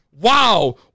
Wow